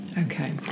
Okay